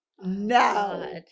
No